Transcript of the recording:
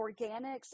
organics